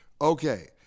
Okay